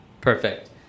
Perfect